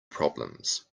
problems